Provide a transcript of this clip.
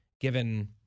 given